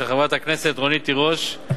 של חברת הכנסת רונית תירוש,